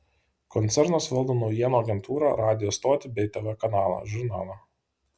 koncernas valdo naujienų agentūrą radijo stotį bei tv kanalą žurnalą